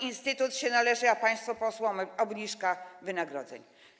Instytut się należy, a państwu posłom obniżka wynagrodzeń.